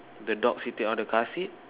the dog sitting on the car seat